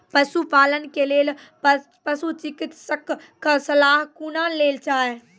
पशुपालन के लेल पशुचिकित्शक कऽ सलाह कुना लेल जाय?